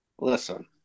Listen